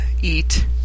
eat